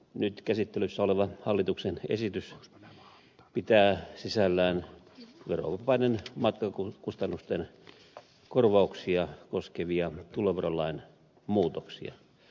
nyt käsittelyssä oleva hallituksen esitys pitää sisällään verovapaita matkakustannusten korvauksia koskevia tuloverolain muutoksia